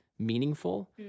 Meaningful